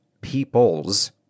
peoples